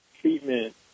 treatment